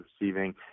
receiving